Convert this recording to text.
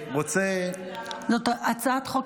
--- זאת הצעת חוק,